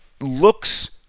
looks